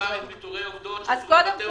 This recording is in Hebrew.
קודם